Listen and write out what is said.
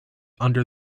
under